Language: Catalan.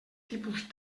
tipus